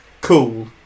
cool